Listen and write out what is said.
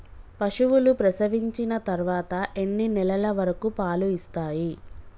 పశువులు ప్రసవించిన తర్వాత ఎన్ని నెలల వరకు పాలు ఇస్తాయి?